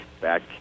back